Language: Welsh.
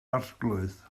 arglwydd